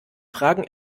fragen